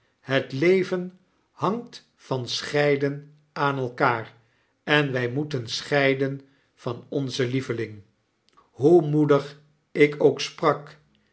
hetleven hangt van scheiden aan elkaar en wij moeten scheiden van onzen lieveling hoe moedig ik ook sprak